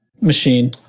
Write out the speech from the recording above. machine